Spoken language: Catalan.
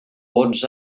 vots